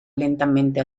lentamente